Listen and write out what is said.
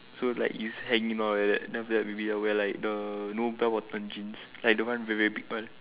so like it's hanging all like that then after that maybe I wear like the you know bell bottom jeans like the one very very big one